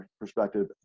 perspective